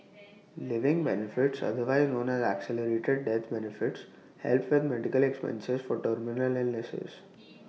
living benefits otherwise known as accelerated death benefits help with medical expenses for terminal illnesses